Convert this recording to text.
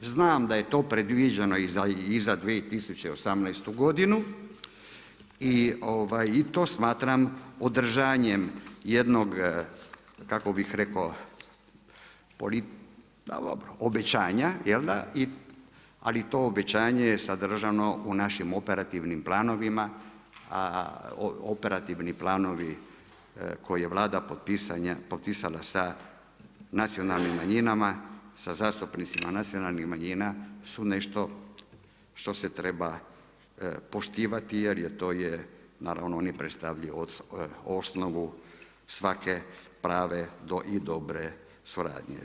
Znam da je to predviđeno i za 2018. godinu i to smatram održanjem jednog, kako bih rekao a dobro obećanja, jel da, ali to obećanje je sadržano u našim operativnim planovima, a operativni planovi koja je Vlada potpisala sa nacionalnim manjinama, sa zastupnicima nacionalnih manjina su nešto što se treba poštivati jer je to je, naravno oni predstavljaju osnovu, svake prave i dobre suradnje.